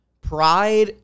pride